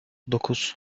dokuz